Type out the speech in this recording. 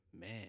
Man